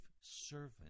servant